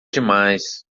demais